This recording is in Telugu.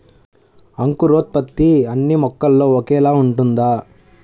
అంకురోత్పత్తి అన్నీ మొక్కల్లో ఒకేలా ఉంటుందా?